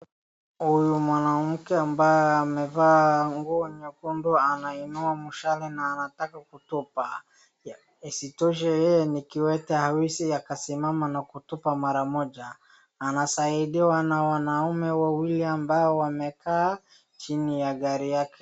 Huyu mwanamke ambaye amevaa nguo nyekundu anainua mshale na anataka kutupa. Isitoshe yeye ni kiwete hawezi akasimama na kutupa mara moja. Anasaidiwa na wanaume wawili ambao wamekaa chini ya gari yake.